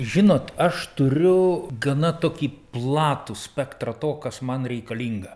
žinot aš turiu gana tokį platų spektrą to kas man reikalinga